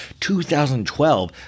2012